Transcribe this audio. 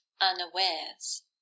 unawares